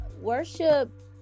Worship